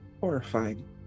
Horrifying